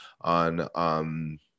on